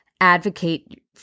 Advocate